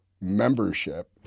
membership